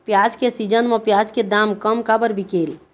प्याज के सीजन म प्याज के दाम कम काबर बिकेल?